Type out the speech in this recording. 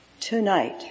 tonight